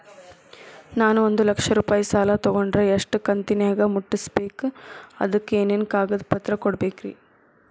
ನಾನು ಒಂದು ಲಕ್ಷ ರೂಪಾಯಿ ಸಾಲಾ ತೊಗಂಡರ ಎಷ್ಟ ಕಂತಿನ್ಯಾಗ ಮುಟ್ಟಸ್ಬೇಕ್, ಅದಕ್ ಏನೇನ್ ಕಾಗದ ಪತ್ರ ಕೊಡಬೇಕ್ರಿ?